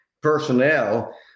personnel